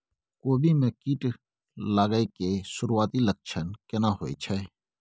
कोबी में कीट लागय के सुरूआती लक्षण केना होय छै